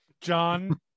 john